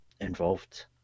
involved